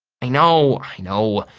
i know, i know.